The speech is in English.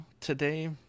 today